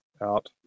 out